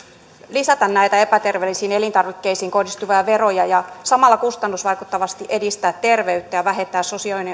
lisätä näitä epäterveellisiin elintarvikkeisiin kohdistuvia veroja ja samalla kustannusvaikuttavasti edistää terveyttä ja vähentää